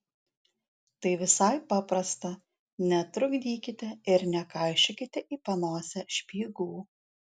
tai visai paprasta netrukdykite ir nekaišiokite į panosę špygų